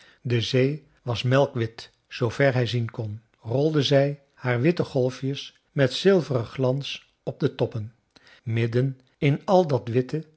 de zee was melkwit zoover hij zien kon rolde zij haar witte golfjes met zilveren glans op de toppen midden in al dat witte